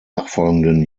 nachfolgenden